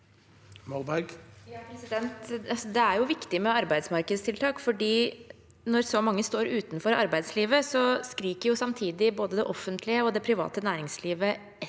Det er viktig med ar- beidsmarkedstiltak når så mange står utenfor arbeidslivet. Samtidig skriker både det offentlige og det private næringslivet etter